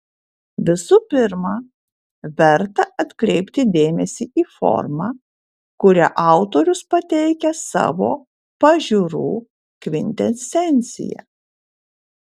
visų pirma verta atkreipti dėmesį į formą kuria autorius pateikia savo pažiūrų kvintesenciją